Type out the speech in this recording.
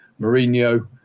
Mourinho